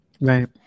Right